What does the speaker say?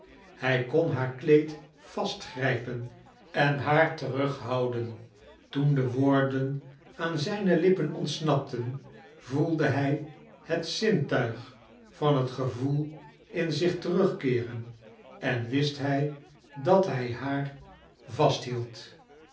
hij kon haar kleed vastgrijpen en haar terughouden toen de woorden aan zijne lippen ontsnapten voelde hij het zintuig van het gevoel in zich terugkeeren en wist hij dat hij haar vasthield